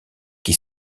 qui